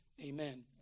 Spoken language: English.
amen